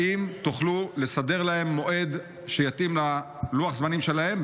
האם תוכלו לסדר להם מועד שיתאים ללוח הזמנים שלהם,